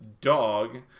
dog